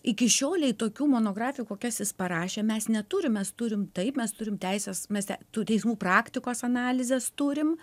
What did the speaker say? iki šiolei tokių monografijų kokias jis parašė mes neturim mes turim taip mes turim teises mes tų teismų praktikos analizes turim